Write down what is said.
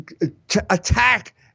attack